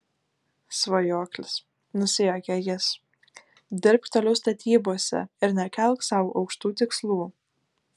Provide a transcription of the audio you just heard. svajoklis nusijuokia jis dirbk toliau statybose ir nekelk sau aukštų tikslų